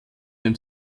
dem